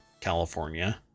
California